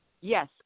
Yes